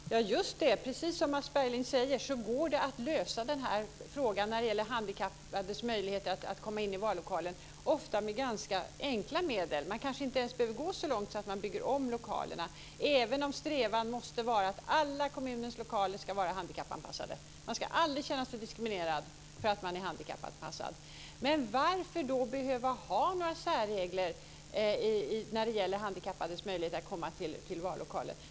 Fru talman! Just det! Precis som Mats Berglind säger går det ofta att lösa problemet med handikappades möjligheter att komma in i vallokalen med ganska enkla medel. Man kanske inte ens behöver gå så långt att man bygger om lokalerna, även om strävan måste vara att alla kommunens lokaler ska vara handikappanpassade. Man ska aldrig känna sig diskriminerad för att man är handikappad. Men varför då behöva ha några särregler när det gäller handikappades möjligheter att komma till vallokalen.